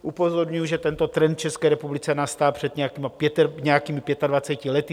Upozorňuji, že tento trend v České republice nastal před nějakými pětadvaceti lety.